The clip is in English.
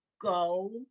go